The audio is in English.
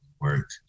work